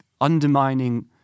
undermining